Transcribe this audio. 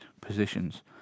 positions